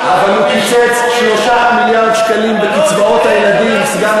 חבר הכנסת חיליק בר, תדייק.